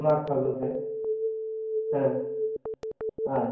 ᱢᱟᱜᱽ ᱯᱷᱟᱹᱜᱩᱱ ᱥᱮᱡ ᱦᱮᱸ